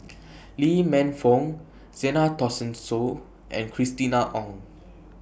Lee Man Fong Zena Tessensohn and Christina Ong